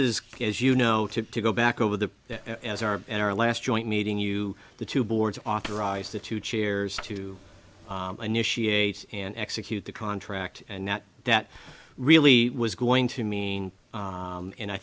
is as you know to go back over the as our in our last joint meeting you the two boards authorized the two chairs to initiate and execute the contract and that that really was going to mean and i